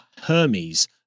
Hermes